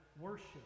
Worship